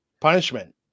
punishment